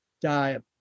diet